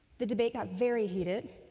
the debate got very heated,